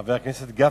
חבר הכנסת גפני,